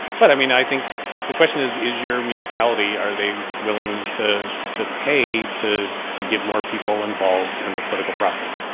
but, i mean, i think the question is, is your municipality are they willing to to pay to to get more people involved in the political process?